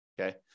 okay